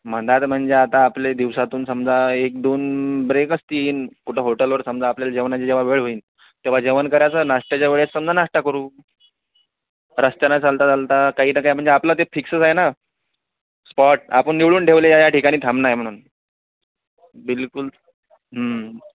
म्हणणार म्हणजे आता आपले दिवसातून समजा एक दोन ब्रेक असतील कुठं होटलवर समजा आपल्याला जेवणाची जेव्हा वेळ होईल तेव्हा जेवण करायचं नाष्ट्याच्या वेळेस समजा नाष्टा करू रस्त्यानं चालता चालता काही ठिकाणी म्हणजे आपलं ते फिक्सच आहे ना स्पॉट आपण ते निवडून ठेवलेलं आहे या या ठिकाणी थांबणार म्हणून बिलकुल